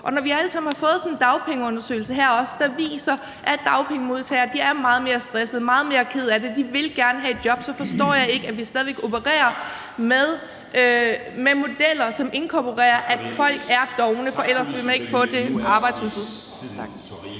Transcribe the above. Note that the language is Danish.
Og når vi alle sammen også har fået sådan en dagpengeundersøgelse her, der viser, at dagpengemodtagere er meget mere stressede og meget mere kede af det, og de gerne vil have et job, så forstår jeg ikke, at vi stadig væk opererer med modeller, som inkorporerer, at folk er dovne. For ellers ville man ikke få det arbejdsudbud.